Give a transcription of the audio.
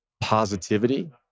positivity